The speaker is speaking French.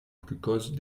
glucose